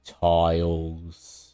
tiles